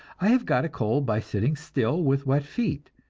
i have got a cold by sitting still with wet feet,